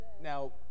now